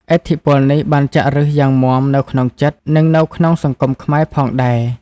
ឥទ្ធិពលនេះបានចាក់ឫសយ៉ាងមាំនៅក្នុងចិត្ត និងនៅក្នុងសង្គមខ្មែរផងដែរ។